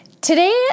today